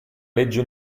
legge